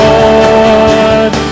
Lord